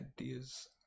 ideas